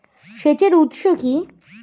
সেচের উৎস কি?